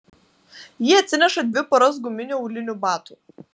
ji atsineša dvi poras guminių aulinių batų